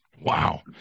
Wow